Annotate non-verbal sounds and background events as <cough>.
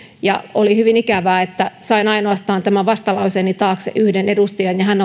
ja oli hyvin ikävää että sain tämän vastalauseeni taakse ainoastaan yhden edustajan ja hän <unintelligible>